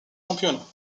championnats